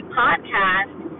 podcast